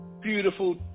beautiful